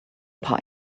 pie